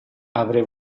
avrei